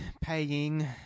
paying